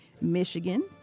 Michigan